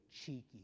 cheeky